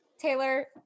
taylor